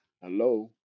Hello